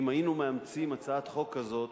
אם היינו מאמצים הצעת חוק כזו,